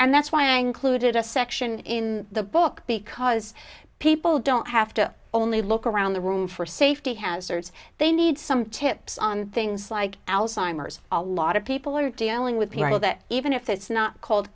and that's why i included a section in the book because people don't have to only look around the room for safety hazards they need some tips on things like alzheimer's a lot of people are dealing with people that even if it's not called